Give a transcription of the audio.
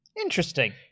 Interesting